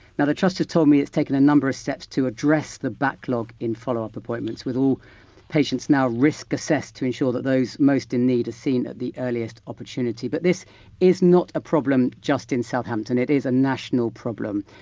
now the trust has told me it's taken a number of steps to address the backlog in follow-up appointments, with all patients now risk assessed to ensure that those most in need are seen at the earliest opportunity. but this is not a problem just in southampton, it is a national problem.